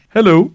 Hello